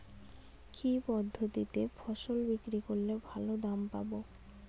কি পদ্ধতিতে ফসল বিক্রি করলে ভালো দাম পাব?